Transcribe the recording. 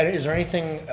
is there anything,